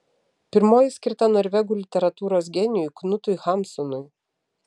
pirmoji skirta norvegų literatūros genijui knutui hamsunui